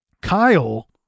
Kyle